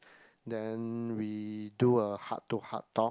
then we do a heart to heart talk